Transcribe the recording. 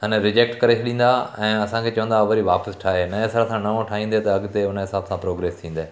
माना रिजेक्ट करे छॾींदा ऐं असांखे चवंदा वरी वापसि ठाहे नएं सिरे सां नओं ठाहींदे त अॻिते हुन हिसाब सां प्रोग्रेस थींदे